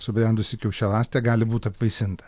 subrendusi kiaušialąstė gali būt apvaisinta